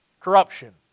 corruption